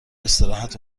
استراحت